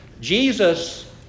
Jesus